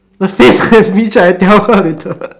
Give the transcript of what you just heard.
the face bitch I tell her later